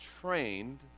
trained